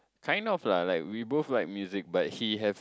kind of lah we both like music but he have